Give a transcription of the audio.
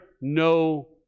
no